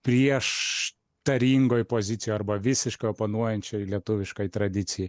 prieš taringoj pozicijoj arba visiškai oponuojančioj lietuviškai tradicijai